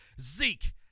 Zeke